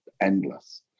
endless